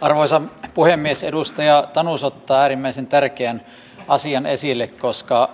arvoisa puhemies edustaja tanus ottaa äärimmäisen tärkeän asian esille koska